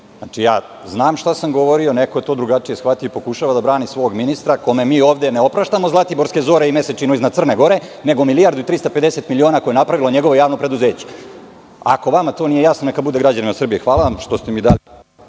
Znam šta sam govorio. Neko je to drugačije shvatio i pokušava da brani svog ministra kome ovde mi ne opraštamo zlatiborske zore i mesečinu iznad Crne Gore, nego 1.350.000.000 koje je napravilo njegovo javno preduzeće. Ako vama to nije jasno, neka bude građanima Srbije. Hvala vam što ste mi dali